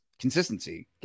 consistency